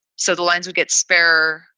so the lines would get spare,